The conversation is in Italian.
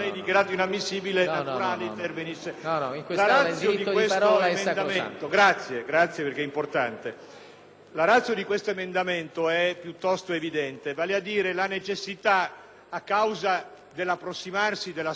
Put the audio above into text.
La *ratio* di questo emendamento è piuttosto evidente, vale a dire la necessità, a causa dell'approssimarsi della scadenza elettorale, di ridurre il numero delle firme necessarie per poter presentare delle liste. È del tutto evidente